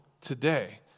today